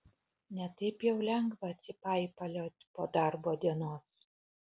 ne taip jau lengva atsipaipaliot po darbo dienos